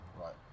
right